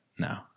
No